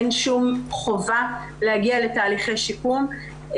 אין שום חובה להגיע לתהליכי שיקום.